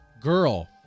girl